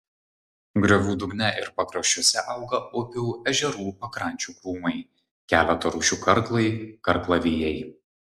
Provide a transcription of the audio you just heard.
griovų dugne ir pakraščiuose auga upių ežerų pakrančių krūmai keleto rūšių karklai karklavijai